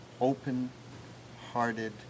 open-hearted